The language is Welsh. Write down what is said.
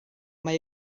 mae